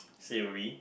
savoury